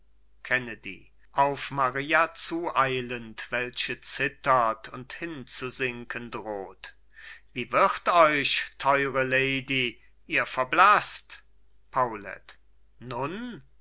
kennedy auf maria zueilend welche zittert und hinzusinken droht wie wird euch teure lady ihr verblaßt paulet nun